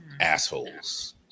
assholes